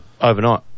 Overnight